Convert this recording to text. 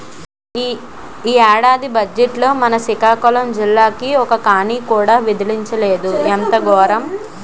ఈ ఏడాది బజ్జెట్లో మన సికాకులం జిల్లాకి ఒక్క కానీ కూడా విదిలించలేదు ఎంత గోరము